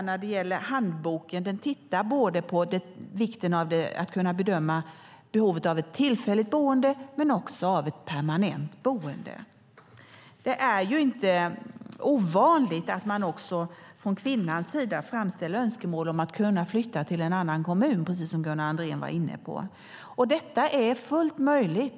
När det gäller handboken belyser den vikten av att kunna bedöma behovet av ett tillfälligt boende men också av ett permanent boende. Det är inte ovanligt att kvinnan framställer önskemål om att kunna flytta till en annan kommun, precis som Gunnar Andrén var inne på. Detta är fullt möjligt.